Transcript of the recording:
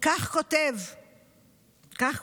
כך כתוב בדוח: